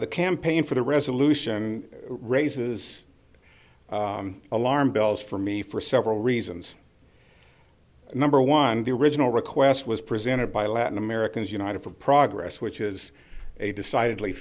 the campaign for the resolution raises alarm bells for me for several reasons number one the original request was presented by latin americans united for progress which is a decidedly